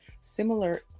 similar